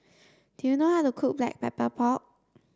do you know how to cook black pepper pork